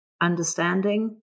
understanding